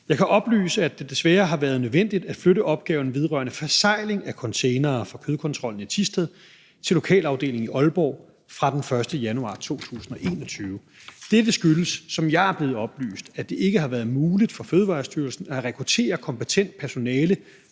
Jeg kan oplyse, at det desværre har været nødvendigt at flytte opgaven vedrørende forsegling af containere fra kødkontrollen i Thisted til lokalafdelingen i Aalborg fra den 1. januar 2021. Dette skyldes, som jeg er blevet oplyst, at det ikke har været muligt for Fødevarestyrelsen at rekruttere kompetent personale